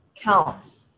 counts